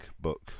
book